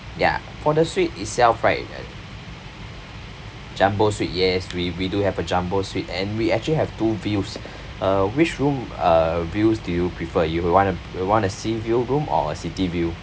ya for the suite itself right jumbo suite yes we we do have a jumbo suite and we actually have two views uh which room uh views do you prefer you want a you want a sea view room or a city view